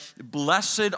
blessed